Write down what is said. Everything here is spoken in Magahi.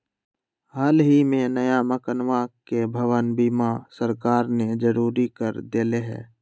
हल ही में नया मकनवा के भवन बीमा सरकार ने जरुरी कर देले है